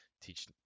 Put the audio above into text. teach